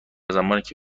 زمانیکه